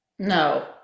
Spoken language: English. No